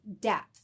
depth